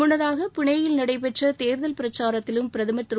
முன்னதாக புனேவில் நடைபெற்ற தேர்தல் பிரச்சாரத்திலும் பிரதமர் திரு